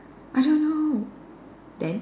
I don't know then